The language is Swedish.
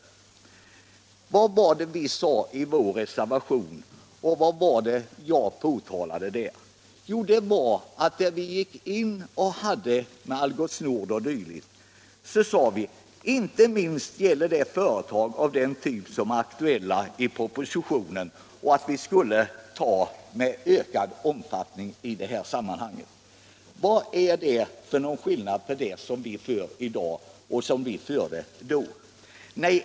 Vad är det vi säger i vår reservation, och vad var det jag påtalade i debatten den 2 mars? I fråga om Algots Nord m.fl. företag sade vi att det inte minst gällde att öka insatserna åt företag som var aktuella i propositionen. Vad är det för skillnad på det resonemang vi för i dag och det som vi förde då?